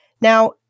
Now